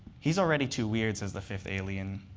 he's already too weird, says the fifth alien.